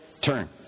turn